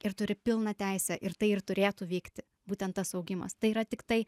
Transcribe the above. ir turi pilną teisę ir tai ir turėtų vykti būten tas augimas tai yra tiktai